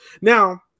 now